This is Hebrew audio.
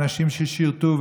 אנשים ששירתו,